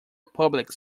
public